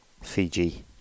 fiji